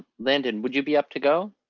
landon, would you be up to go?